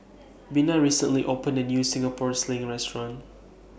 Bina recently opened A New Singapore Sling Restaurant